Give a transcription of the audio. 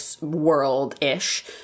world-ish